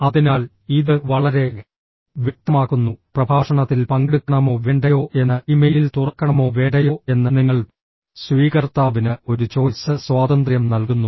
അതിനാൽ ഇത് വളരെ വ്യക്തമാക്കുന്നു പ്രഭാഷണത്തിൽ പങ്കെടുക്കണമോ വേണ്ടയോ എന്ന് ഇമെയിൽ തുറക്കണമോ വേണ്ടയോ എന്ന് നിങ്ങൾ സ്വീകർത്താവിന് ഒരു ചോയ്സ് സ്വാതന്ത്ര്യം നൽകുന്നു